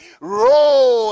roll